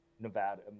Nevada